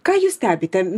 ką jūs stebite